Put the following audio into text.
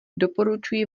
doporučuji